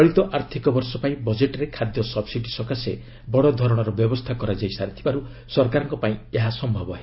ଚଳିତ ଆର୍ଥକ ବର୍ଷପାଇଁ ବଜେଟ୍ରେ ଖାଦ୍ୟ ସବ୍ସିଡ଼ି ସକାଶେ ବଡ଼ ଧରଣର ବ୍ୟବସ୍ଥା କରାଯାଇ ସାରିଥିବାରୁ ସରକାରଙ୍କ ପାଇଁ ଏହା ସମ୍ଭବ ହେବ